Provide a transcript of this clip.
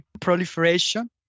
proliferation